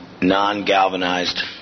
non-galvanized